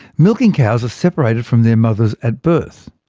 milking cows are separated from their mothers at birth,